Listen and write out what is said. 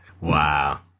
Wow